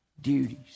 duties